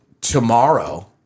tomorrow